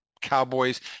Cowboys